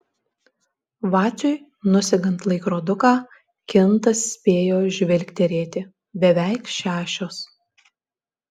vaciui nusegant laikroduką kintas spėjo žvilgterėti beveik šešios